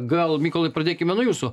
gal mykolai pradėkime nuo jūsų